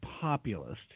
populist